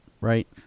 right